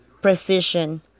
precision